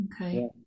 Okay